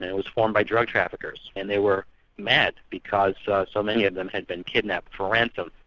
and it was formed by drug traffickers, and they were mad because so many of them had been kidnapped for ransom.